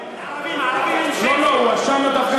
נגד